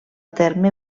terme